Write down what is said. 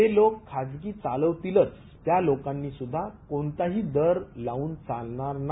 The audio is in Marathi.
जे लोक खाजगी चालवतीलच त्या लोकांनीसुध्दा कोणताही दर लावून चालणार नाही